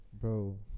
Bro